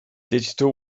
digital